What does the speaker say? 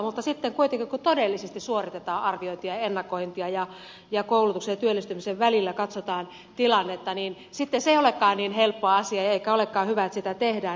mutta sitten kuitenkin kun todellisesti suoritetaan arviointia ja ennakointia ja katsotaan tilannetta koulutuksen ja työllistymisen välillä niin sitten se ei olekaan niin helppo asia eikä olekaan hyvä että sitä tehdään